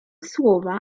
słowa